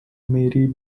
mary